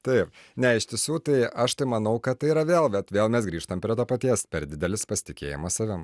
taip ne iš tiesų tai aš tai manau kad tai yra vėl vat vėl mes grįžtame prie to paties per didelis pasitikėjimas savimi